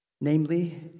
Namely